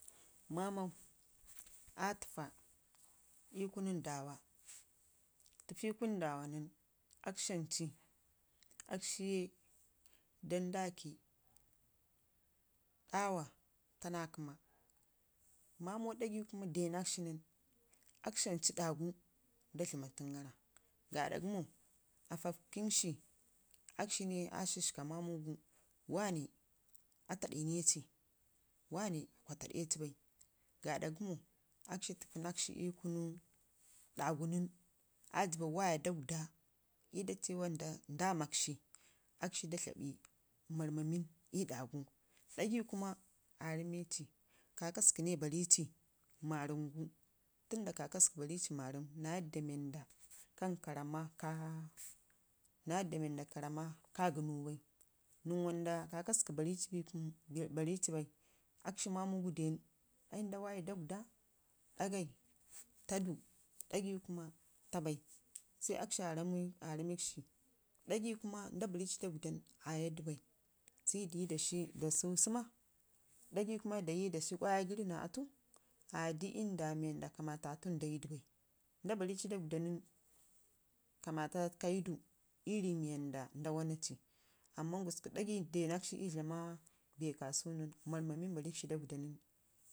mamau a təfa ii kunu ndawa, təfi kun ndawa nən akshi ancu akshi ye dan daki dawa tana kəma, mamau ɗagai kuma denakshi nən, akshi ancu ɗagu da dləmacingara, gaaɗa gəmo Aafafkin shi akshi ne aa shiska mamugu, wane a taaɗiknekshi wane, kwa faadeci bai gaada gəmo akshi təfunakshi ii knu ɗagu nən, aajiba waya dagda nda awa ndamakshi ii ɗagu dagi kumo aa ramekshi kakwka ne barici mwəm ne barici naa yanda mii wanda kan ka rama ka gənu bai akshi mamugu dan ai nda wayu dagda dagai taadu ɗagai kuma taabai sai akshi aa rame aaramek shi ɗagai kuma nda baci dagdan auadu bai sai dayi da shi səmma dagai kuma dayi da shi kwayagəri naa atu ayadu ii ndawa wanda kamafafa dayida bai nda barrici dagdan nən kamatu kayidu ii rii wanda nda wana ci amman gusku dagai denakshi ii dlama bee ka sunu nən, marəm amin barrikshi dagda nən